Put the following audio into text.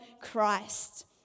Christ